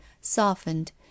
softened